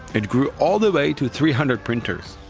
it grew all the way to three hundred printers.